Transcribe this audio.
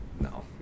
No